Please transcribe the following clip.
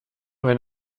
wenn